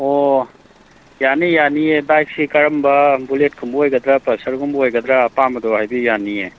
ꯑꯣ ꯌꯥꯅꯤ ꯌꯥꯅꯤꯌꯦ ꯕꯥꯏꯛꯁꯤ ꯀꯔꯝꯕ ꯕꯨꯂꯦꯠ ꯀꯨꯝꯕ ꯑꯣꯏꯒꯗ꯭ꯔꯥ ꯄꯜꯁꯔ ꯒꯨꯝꯕ ꯑꯣꯏꯒꯗ꯭ꯔꯥ ꯑꯄꯥꯝꯕꯗꯣ ꯍꯥꯏꯕꯤꯌꯨ ꯌꯥꯅꯤꯌꯦ